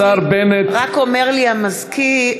השר בנט, (קוראת בשמות חברי הכנסת)